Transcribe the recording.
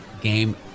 game